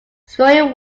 scoring